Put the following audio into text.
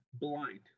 blind